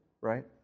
right